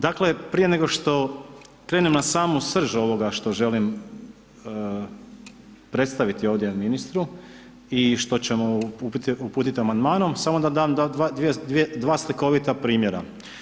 Dakle, prije nego što krenem na samu srž ovoga što želim predstaviti ovdje ministru i što ćemo uputiti amandmanom, samo da dam dva slikovita primjera.